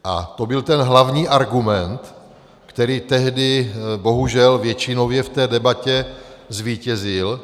A to byl ten hlavní argument, který tehdy bohužel většinově v té debatě zvítězil.